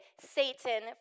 Satan